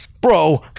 Bro